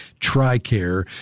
TRICARE